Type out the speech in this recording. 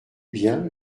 bien